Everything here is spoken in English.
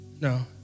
no